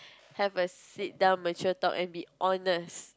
have a sit down mature talk and be honest